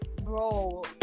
Bro